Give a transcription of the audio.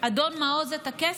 את הכסף,